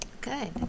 Good